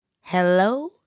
Hello